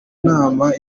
nama